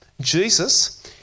Jesus